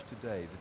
today